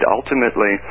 ultimately